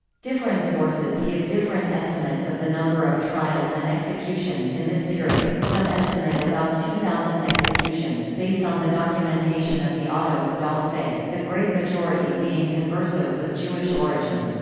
different sources give different estimates of the number of trials and executions in this period some estimate about two thousand executions, based on the documentation of the autos-da-fe, the great majority being conversos conversos of jewish origin.